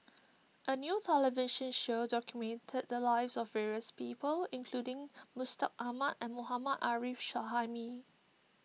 a new television show documented the lives of various people including Mustaq Ahmad and Mohammad Arif Suhaimi